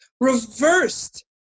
reversed